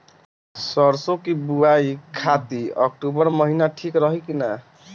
सरसों की बुवाई खाती अक्टूबर महीना ठीक रही की ना?